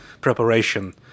preparation